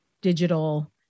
digital